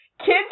Kids